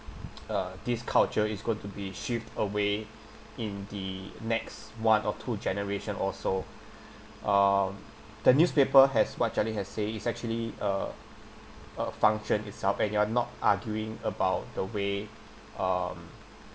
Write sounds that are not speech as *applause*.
*noise* uh this culture is going to be shift away in the next one or two generation or so um the newspaper has what jia-ling has say it's actually uh uh function itself and you're not arguing about the way um